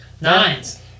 Nines